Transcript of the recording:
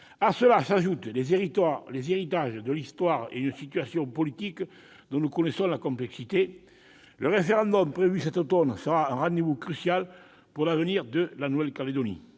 À cela s'ajoutent les héritages de l'histoire et une situation politique dont nous connaissons la complexité. Le référendum prévu cet automne sera un rendez-vous crucial pour l'avenir de la Nouvelle-Calédonie.